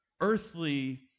earthly